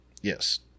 Yes